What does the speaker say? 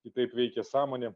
kitaip veikia sąmonė